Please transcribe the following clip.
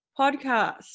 podcast